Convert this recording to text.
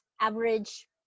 average